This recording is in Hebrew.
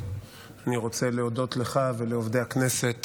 אני רוצה להודות לך ולעובדי הכנסת